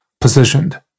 positioned